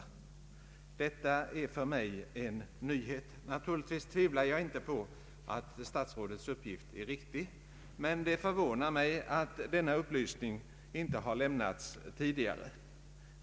Detta är för mig en nyhet. Naturligtvis tvivlar jag inte på att statsrådets uppgift är riktig, men det förvånar mig att denna upplysning inte har lämnats tidigare.